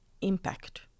impact